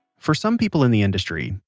for some people in the industry,